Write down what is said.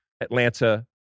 Atlanta